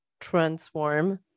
transform